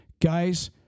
Guys